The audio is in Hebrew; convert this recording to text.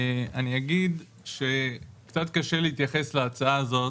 אני אגיד שקצת קשה להתייחס להצעה הזאת